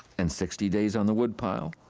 and sixty days on the woodpile.